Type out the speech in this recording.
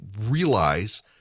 realize